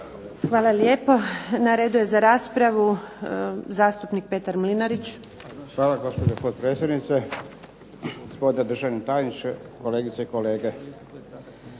Hvala lijepo. Na redu je za raspravu zastupnik Petar Mlinarić. **Mlinarić, Petar (HDZ)** Hvala, gospođo potpredsjednice. Gospodine državni tajniče, kolegice i kolege.